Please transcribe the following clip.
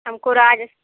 हमको राजस्